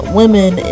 women